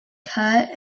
cut